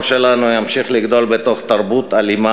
שלנו ימשיך לגדול בתוך תרבות אלימה,